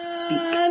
speak